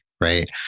right